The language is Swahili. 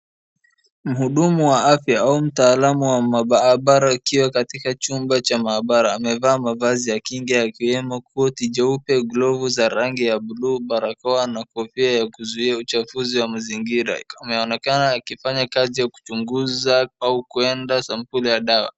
Mhudumu wa afya au mtaalamu wa maabara akiwa katika chumba cha maabara. Amevaa mavazi ya kinga ikiwemo koti jeupe, glovu za rangi ya buluu, barakoa na kofia ya kuzuia uchafuzi wa mazingira. Anaonekana akifanya kazi ya kuchunguza au kuenda sampuli ya dawa.